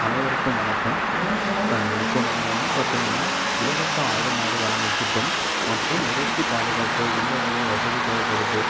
அனைவருக்கும் வணக்கம் இப்போ நம்ம வந்து பார்த்தீங்கன்னா இலவச ஆடு மாடு வழங்கும் திட்டம் மற்றும் இறைச்சிப் பாதுகாப்பு எந்த வகை வசதி தேவைப்படுது